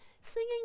Singing